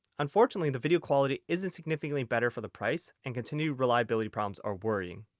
unfortunately the video quality isn't significantly better for the price and continued reliability problems are worrying.